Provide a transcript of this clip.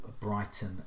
Brighton